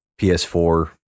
PS4